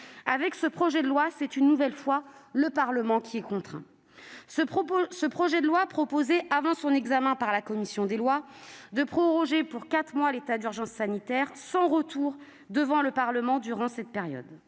Avec ce projet de loi, c'est une nouvelle fois le Parlement qui est contraint. Le texte visait, avant son examen par la commission des lois, à proroger pour quatre mois l'état d'urgence sanitaire, sans retour devant le Parlement durant cette période.